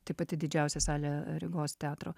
tai pati didžiausia salė rygos teatro